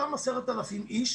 אותם 10,000 איש,